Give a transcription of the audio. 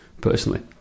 personally